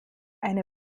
eine